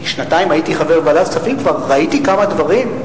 שנתיים הייתי חבר ועדת הכספים וכבר ראיתי כמה דברים,